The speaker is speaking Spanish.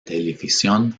televisión